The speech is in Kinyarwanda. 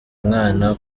umwana